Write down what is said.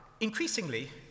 Increasingly